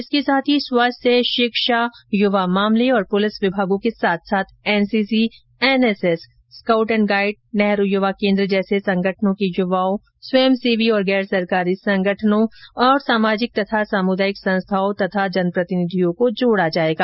इसके साथ ही स्वास्थ्य शिक्षा युवा मामले और पुलिस विभागों के साथ साथ NCC NSS scout and guide Nehru युवा केन्द्र जैसे संगठनों के युवाओं स्वयंसेवी और गैर सरकारी संगठनों सामाजिक और सामुदायिक संस्थाओं और जनप्रतिनिधियों को जोड़ा जाएगा